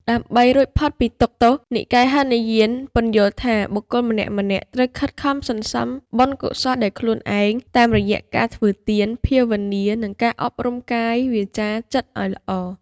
ដើម្បីរួចផុតពីទុក្ខទោស និកាយហីនយានពន្យល់ថាបុគ្គលម្នាក់ៗត្រូវខិតខំសន្សំបុណ្យកុសលដោយខ្លួនឯង តាមរយៈការធ្វើទាន ភាវនា និងការអប់រំកាយ វាចា ចិត្តឱ្យល្អ។